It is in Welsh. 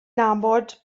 nabod